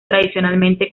tradicionalmente